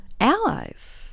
allies